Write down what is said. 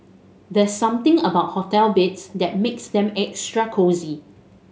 there's something about hotel beds that makes them extra cosy